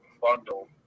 bundle